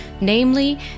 namely